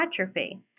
atrophy